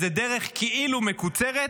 באיזה דרך כאילו מקוצרת,